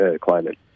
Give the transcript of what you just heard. climate